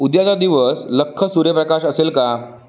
उद्याचा दिवस लख्ख सूर्यप्रकाश असेल का